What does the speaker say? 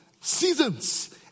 seasons